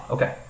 Okay